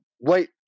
wait